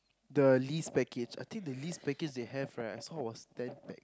the least package I think the least package they have right I saw was ten pack